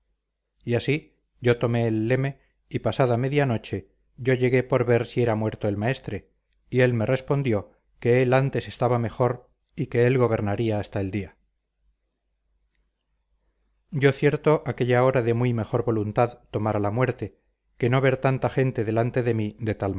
y así yo tomé el leme y pasada media noche yo llegué por ver si era muerto el maestre y él me respondió que él antes estaba mejor y que él